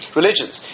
religions